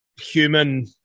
human